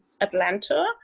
Atlanta